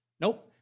Nope